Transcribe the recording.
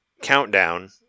countdown